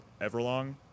Everlong